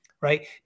right